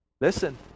Listen